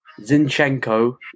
Zinchenko